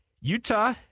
Utah